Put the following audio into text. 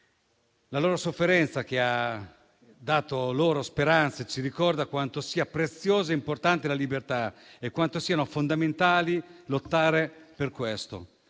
La loro sofferenza ci ricorda quanto sia preziosa e importante la libertà e quanto sia fondamentale lottare per questo.